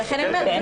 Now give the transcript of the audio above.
לכן אני אומרת,